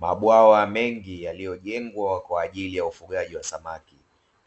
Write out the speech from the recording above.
Mabwawa mengi yaliyojengwa kwa ajili ya ufugaji wa samaki.